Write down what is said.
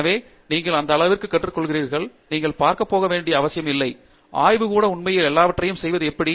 எனவே நீங்கள் அந்த அளவிற்குக் கற்றுக் கொள்கிறீர்கள் நீங்கள் பார்க்க போக வேண்டிய அவசியம் இல்லை ஆய்வுக்கூட உண்மையில் எல்லாவற்றையும் செய்வது எப்படி